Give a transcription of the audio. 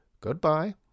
Goodbye